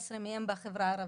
17 מהן בחברה הערבית.